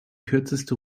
kürzeste